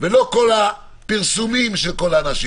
ולא כל הפרסומים של כל האנשים.